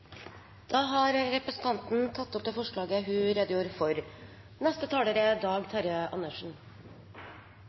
Da har representanten Bente Stein Mathisen tatt opp det forslaget hun redegjorde for.